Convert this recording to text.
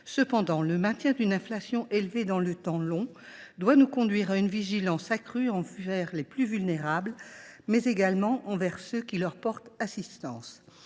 Cependant, le maintien dans le temps long d’une inflation élevée doit nous conduire à une vigilance accrue envers les plus vulnérables, mais également envers ceux qui leur portent assistance.